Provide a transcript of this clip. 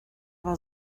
war